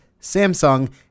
Samsung